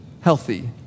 healthy